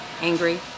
angry